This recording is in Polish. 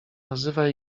nazywa